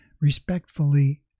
respectfully